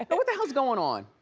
what the hell's going on?